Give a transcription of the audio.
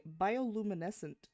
bioluminescent